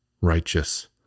righteous